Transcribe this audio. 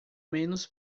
menos